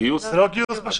זה לא גיוס?